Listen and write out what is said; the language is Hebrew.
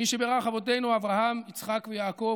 מי שבירך אבותינו אברהם יצחק ויעקב,